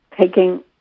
taking